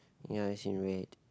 ya it's in red